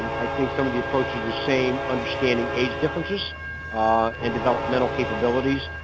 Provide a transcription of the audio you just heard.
i think some of the approaches are the same, understanding age differences and developmental capabilities.